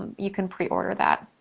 you can pre order that.